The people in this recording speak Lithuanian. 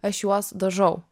aš juos dažau